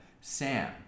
Sam